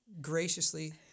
graciously